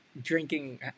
Drinking